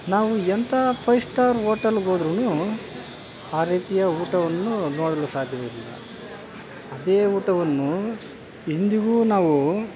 ನಾವು ಎಂತಹ ಫೈಸ್ಟಾರ್ ಓಟೆಲ್ಗೋದ್ರು ಆ ರೀತಿಯ ಊಟವನ್ನು ನೋಡಲು ಸಾಧ್ಯವಿಲ್ಲ ಅದೇ ಊಟವನ್ನು ಇಂದಿಗೂ ನಾವು